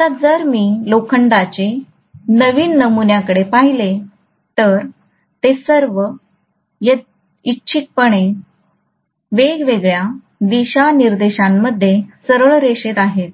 आता जर मी लोखंडाचे नवीन नमुन्याकडे पाहिले तर ते सर्व यादृच्छिकपणे वेगवेगळ्या दिशानिर्देशांमध्ये सरळ रेषेत आहेत